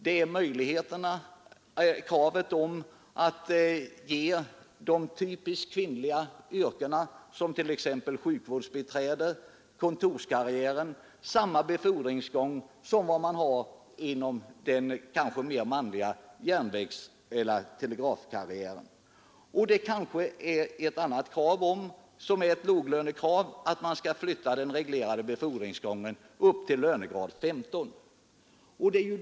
Det är för det andra kravet på att ge typiskt kvinnliga yrken, t.ex. inom sjukvårdsbiträdesoch kontorsbiträdeskarriären, samma befordringsgång som man har inom exempelvis den mer manligt betonade järnvägsoch telegrafkarriären. Det är för det tredje kravet att höja den reglerade befordringsgången upp till lönegrad 15.